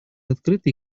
открытой